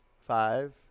five